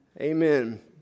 Amen